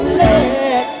let